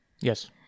Yes